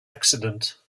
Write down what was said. accident